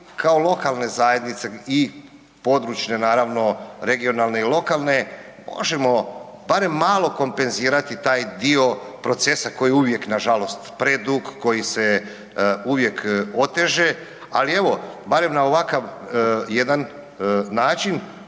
kao lokalne zajednice i područne naravno, regionalne i lokalne, možemo barem malo kompenzirati taj dio procesa koji je uvijek nažalost predug, koji se uvijek oteže, ali evo barem na ovakav jedan način